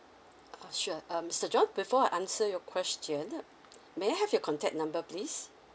uh sure um mister John before I answer your question may I have your contact number please